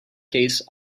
case